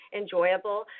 enjoyable